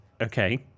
Okay